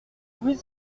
vous